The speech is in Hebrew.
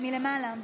בבקשה,